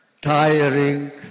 tiring